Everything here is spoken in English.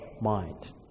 mind